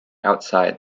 outside